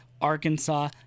Arkansas